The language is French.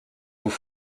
vous